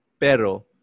pero